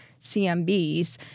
CMBs